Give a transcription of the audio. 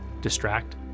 distract